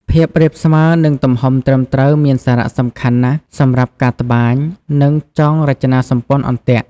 ភាពរាបស្មើ និងទំហំត្រឹមត្រូវមានសារៈសំខាន់ណាស់សម្រាប់ការត្បាញ និងចងរចនាសម្ព័ន្ធអន្ទាក់។